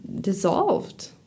dissolved